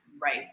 right